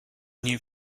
new